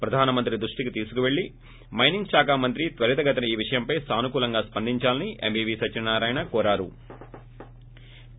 ప్రధాన మంత్రి దృష్టికి తీసుకుని పెళ్లి మైనింగ్ శాఖా మంత్రి త్వరిత గతిన ఈ విషయంపై సానుకూలంగా స్సందించాలని ఎంవీవీ సత్వనారాయణ కోరారు